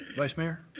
vice mayor.